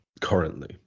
currently